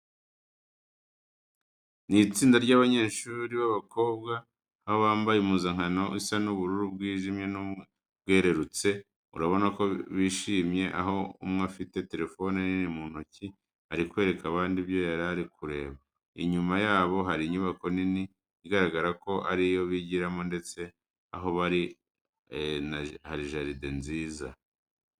Ni itsinda ry'abanyeshuri b'abakobwa, aho bambaye impuzankano isa ubururu bwijimye n'ubwerurutse. Urabona ko bishimye aho umwe afite telefone nini mu ntoki ari kwereka abandi ibyo yari ari kureba. Inyuma yabo hari inyubako nini bigaragara ko ari yo bigiramo ndetse aho bari hari na jaride nziza.